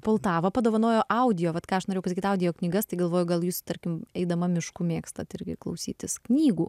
poltavą padovanojo audio vat ką aš norėjau pasakyt audio knygas tai galvoju gal jūs tarkim eidama mišku mėgstat irgi klausytis knygų